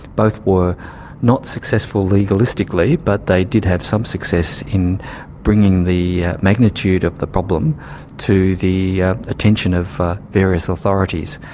both were not successful legalistically but they did have some success in bringing the magnitude of the problem to the attention of various authorities.